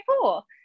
cool